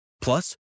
Plus